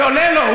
זה יעלה לו כסף.